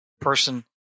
person